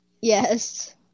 Yes